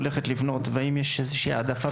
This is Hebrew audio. הולכת לבנות והאם יש איזושהי העדפה,